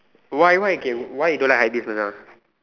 why why K why you don't like hypebeast Macha